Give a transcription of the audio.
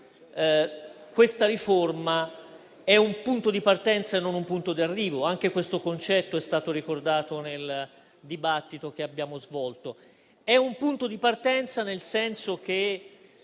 questa riforma è un punto di partenza e non un punto di arrivo: anche questo concetto è stato ricordato nel dibattito che abbiamo svolto. È un punto di partenza nel senso che